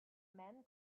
men